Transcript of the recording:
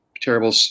terrible